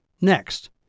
Next